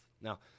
Now